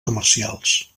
comercials